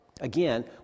again